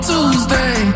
Tuesday